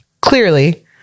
Clearly